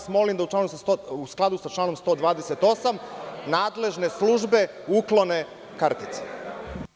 Molim vas da u skladu sa članom 128. nadležne službe uklone kartice.